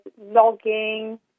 logging